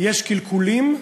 יש קלקולים,